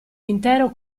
intero